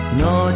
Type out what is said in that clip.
no